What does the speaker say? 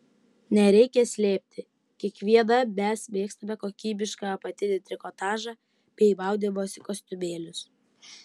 nereikia slėpti kiekviena mes mėgstame kokybišką apatinį trikotažą bei maudymosi kostiumėlius